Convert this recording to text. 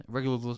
Regular